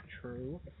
true